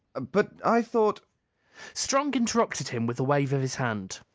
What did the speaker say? but i thought strong interrupted him with a wave of his hand.